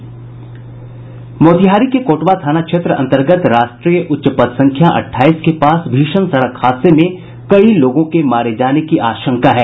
मोतिहारी के कोटवा थाना क्षेत्र अंतर्गत राष्ट्रीय उच्च पथ संख्या अठाईस के पास भीषण सड़क हादसे में कई लोगों के मारे जाने की आशंका है